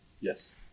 Yes